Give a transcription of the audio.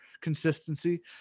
consistency